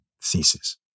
thesis